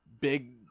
big